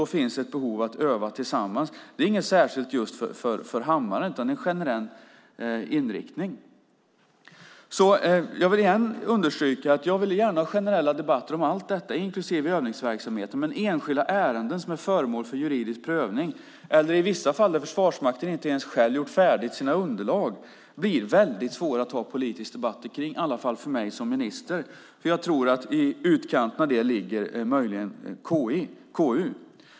Därför finns ett behov av att öva tillsammans. Det är inget särskilt just för Hammaren, utan det är en generell inriktning. Jag vill igen understryka att jag gärna vill ha generella debatter om allt detta, inklusive övningsverksamheten. Men det blir svårt att föra politiska debatter - i alla fall för mig som minister - om enskilda ärenden som är föremål för juridisk prövning eller i vissa fall där Försvarsmakten själv inte ens har gjort färdigt sina underlag. Jag tror att i utkanten av detta ligger möjligen KU.